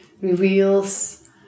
reveals